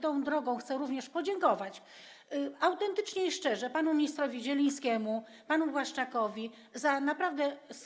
Tą drogą chcę również podziękować autentycznie i szczerze panu ministrowi Zielińskiemu, panu Błaszczakowi za naprawdę.